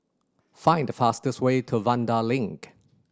find the fastest way to Vanda Link